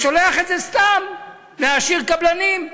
ושולח את זה סתם להעשיר קבלנים,